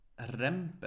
Remper